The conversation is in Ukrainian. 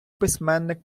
письменник